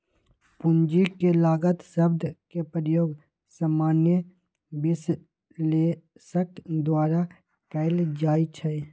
पूंजी के लागत शब्द के प्रयोग सामान्य विश्लेषक द्वारा कएल जाइ छइ